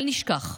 אל נשכח,